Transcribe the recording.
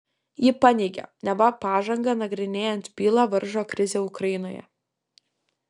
ji paneigė neva pažangą nagrinėjant bylą varžo krizė ukrainoje